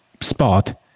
spot